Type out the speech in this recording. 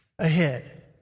ahead